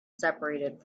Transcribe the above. separated